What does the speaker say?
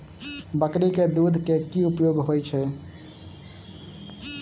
बकरी केँ दुध केँ की उपयोग होइ छै?